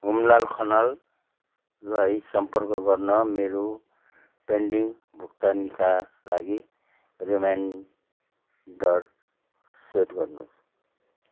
हुमलाल खनाललाई सम्पर्क गर्न मेरो पेन्डिङ भुक्तानीका लागि रिमाइन्डर सेट गर्नुहोस्